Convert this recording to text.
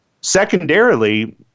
Secondarily